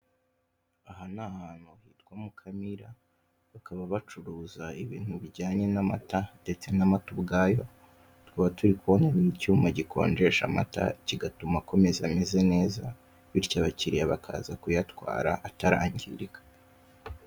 Aha ni ahantu hitwa mukamira bakaba bacuruza ibintu bijyanye n'amata ndetse n'amata ubwayo tukaba turi kubona icyuma gikonjesha amata kigatuma akomeza ameze neza bityo abakiriya bakaza kuyatwara atarangirika.